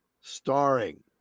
starring